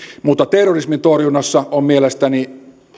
mutta terrorismin torjunnassa on mielestäni